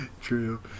True